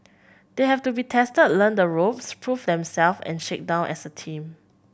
they have to be tested learn the ropes prove themselves and shake down as a team